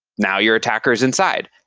now your attackers inside,